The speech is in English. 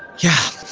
yeah,